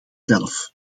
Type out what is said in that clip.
zelf